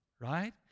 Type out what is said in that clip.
right